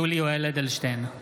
(קורא בשמות חברי הכנסת) יולי יואל אדלשטיין,